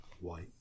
white